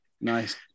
Nice